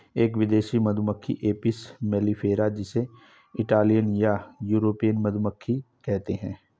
एक विदेशी मधुमक्खी एपिस मेलिफेरा जिसे इटालियन या यूरोपियन मधुमक्खी कहते है